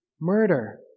murder